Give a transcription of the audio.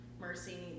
mercy